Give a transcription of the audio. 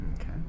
Okay